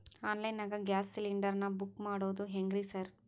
Online ನಾಗ gas cylinder ನಾ book ಮಾಡೋದ್ ಹೆಂಗ್ರಿ ಸಾರ್?